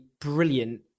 brilliant